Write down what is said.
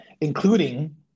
including